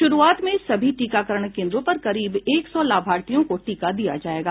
शुरूआत में सभी टीकाकरण केन्द्रों पर करीब एक सौ लाभार्थियों को टीका दिया जायेगा